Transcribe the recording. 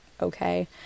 okay